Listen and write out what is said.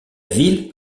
ville